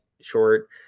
short